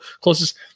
closest